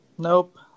Nope